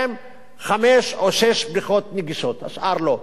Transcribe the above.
חמש או שש בריכות נגישות והשאר לא,